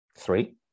Three